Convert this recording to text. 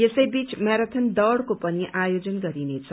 यसैबीच म्याराथन दौड़को पनि आयोजन गरिनेछ